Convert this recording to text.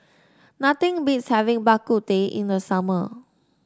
nothing beats having Bak Kut Teh in the summer